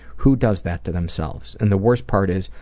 who does that to themselves? and the worst part is,